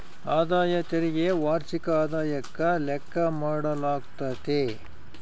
ಆದಾಯ ತೆರಿಗೆ ವಾರ್ಷಿಕ ಆದಾಯುಕ್ಕ ಲೆಕ್ಕ ಮಾಡಾಲಾಗ್ತತೆ